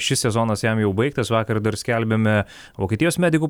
šis sezonas jam jau baigtas vakar dar skelbėme vokietijos medikų